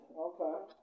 okay